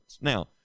Now